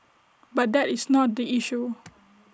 but that is not the issue